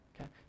okay